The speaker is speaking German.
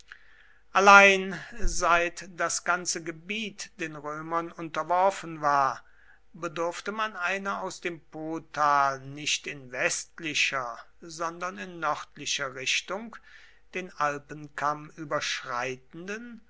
allein seit das ganze gallien den römern unterworfen war bedurfte man einer aus dem potal nicht in westlicher sondern in nördlicher richtung den alpenkamm überschreitenden